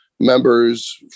members